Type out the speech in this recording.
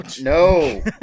No